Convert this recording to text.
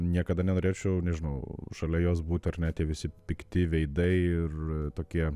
niekada nenorėčiau nežinau šalia jos būt ar ne tie visi pikti veidai ir tokie